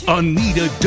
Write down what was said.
Anita